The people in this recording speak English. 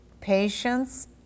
patience